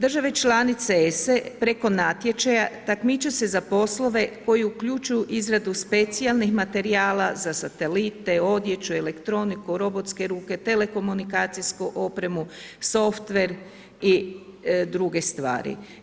Države članice ESA-e preko natječaja takmiče se za poslove koji uključuju izradu specijalnih materijala za satelite, odjeću, elektroniku, robotske ruke, telekomunikacijsku opremu, softver i druge stvari.